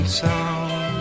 sound